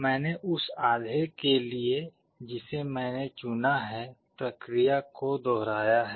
मैंने उस आधे के लिए जिसे मैंने चुना है प्रक्रिया को दोहराया है